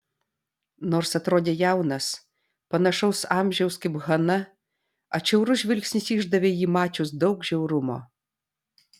nors atrodė jaunas panašaus amžiaus kaip hana atšiaurus žvilgsnis išdavė jį mačius daug žiaurumo